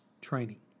training